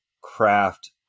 craft